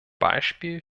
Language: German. beispiel